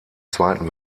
zweiten